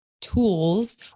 tools